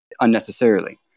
unnecessarily